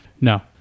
No